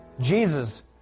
Jesus